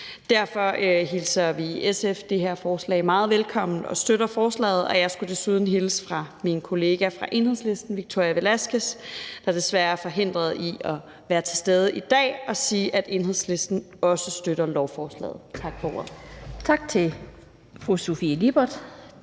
Derfor hilser vi i SF det her forslag meget velkommen og støtter forslaget. Jeg skulle desuden hilse fra min kollega fra Enhedslisten, Victoria Velasquez, der desværre er forhindret i at være til stede i dag, og sige, at Enhedslisten også støtter lovforslaget. Tak for ordet.